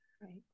right